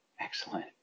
Excellent